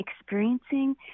experiencing